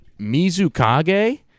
Mizukage